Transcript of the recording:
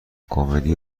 کمدی